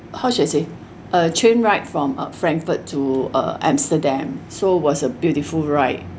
how should I say a train ride from uh frankfurt to uh amsterdam so was a beautiful ride